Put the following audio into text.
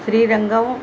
Srirangam